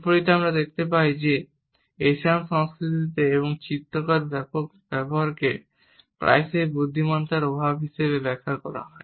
বিপরীতে আমরা দেখতে পাই যে কিছু এশিয়ান সংস্কৃতিতে এবং চিত্রকরদের ব্যাপক ব্যবহারকে প্রায়শই বুদ্ধিমত্তার অভাব হিসাবে ব্যাখ্যা করা হয়